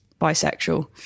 bisexual